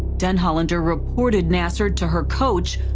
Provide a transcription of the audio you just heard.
denhollander reporte nassar to her coach,